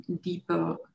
deeper